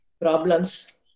Problems